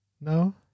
No